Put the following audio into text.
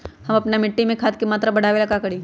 हम अपना मिट्टी में खाद के मात्रा बढ़ा वे ला का करी?